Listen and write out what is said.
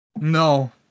No